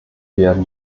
werden